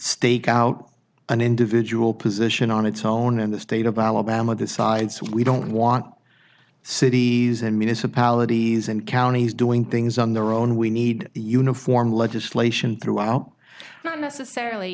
stake out an individual position on its own and the state of alabama decides we don't want cities and municipalities and counties doing things on their own we need the uniform legislation throughout not necessarily